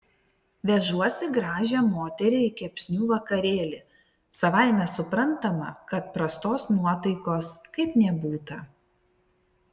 vežuosi gražią moterį į kepsnių vakarėlį savaime suprantama kad prastos nuotaikos kaip nebūta